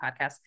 podcast